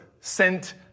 sent